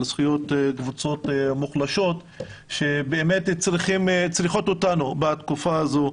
זכויות הקבוצות המוחלשות שבאמת צריכות אותנו בתקופה הזו.